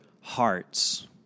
hearts